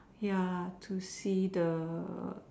ya to see the